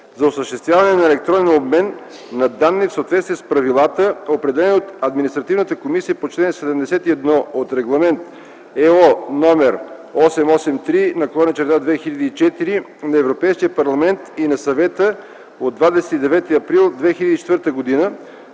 за осъществяване на електронен обмен на данни в съответствие с правилата, определени от Административната комисия по чл. 71 от Регламент (EО) № 883/2004 на Европейския парламент и на Съвета от 29 април 2004 г.